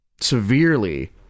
severely